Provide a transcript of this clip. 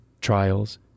trials